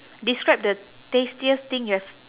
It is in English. describe the tastiest thing you have